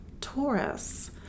Taurus